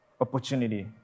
opportunity